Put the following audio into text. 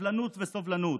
סבלנות וסובלנות.